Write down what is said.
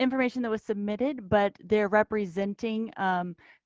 information that was submitted, but they're representing